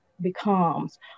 becomes